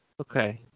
okay